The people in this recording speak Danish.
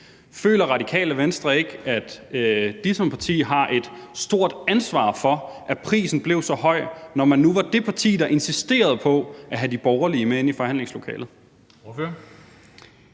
Føler Radikale Venstre ikke, at de som parti har et stort ansvar for, at prisen blev så høj, når man nu var det parti, der insisterede på at have de borgerlige med inde i forhandlingslokalet?